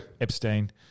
Epstein